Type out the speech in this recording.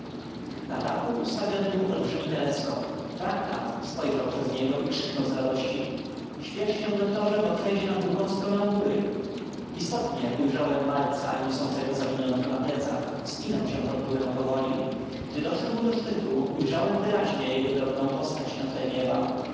na dachu ustawiony był olbrzymi teleskop frankland spojrzał przez niego i krzyknął z radości śpiesz się doktorze bo przejdzie na drugą stronę góry istotnie ujrzałem malca niosącego zawiniątko na plecach wspinał się pod górę powoli gdy doszedł do szczytu ujrzałem wyraźnie jego drobną postać na tle nieba